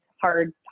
hard